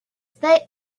that